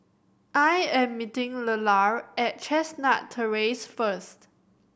I am meeting Lelar at Chestnut Terrace first